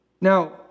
Now